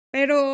Pero